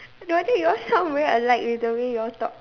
no wonder you all sound very alike the way you all talk